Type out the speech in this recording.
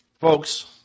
Folks